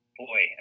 boy